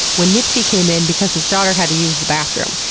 when nipsey came in because his daughter had to use the bathroom.